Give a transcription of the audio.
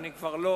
אני כבר לא,